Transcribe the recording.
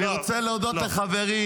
אני רוצה להודות לחברי